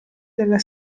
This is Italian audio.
della